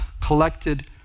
collected